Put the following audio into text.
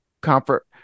comfort